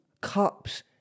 cups